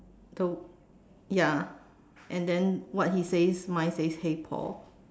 the ya and then what he says mine says hey Paul